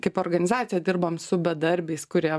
kaip organizacija dirbam su bedarbiais kurie